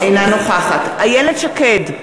אינה נוכחת איילת שקד,